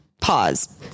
pause